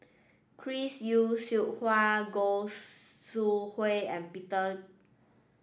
Chris Yeo Siew Hua Goi Seng Hui and Peter